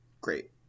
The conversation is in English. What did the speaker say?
great